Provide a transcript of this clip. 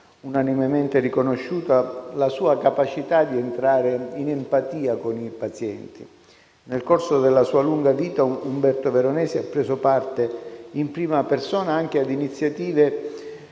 Unanimemente riconosciuta la sua capacità di entrare in empatia con il paziente. Nel corso della sua lunga vita Umberto Veronesi ha preso parte in prima persona anche ad iniziative